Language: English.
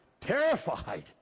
terrified